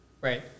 right